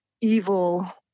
evil